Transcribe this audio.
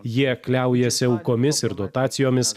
jie kliaujasi aukomis ir dotacijomis